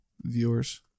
viewers